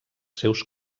seus